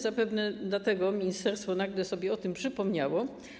Zapewne dlatego ministerstwo nagle sobie o tym przypomniało.